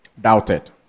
doubted